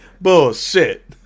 Bullshit